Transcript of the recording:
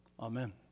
Amen